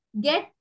get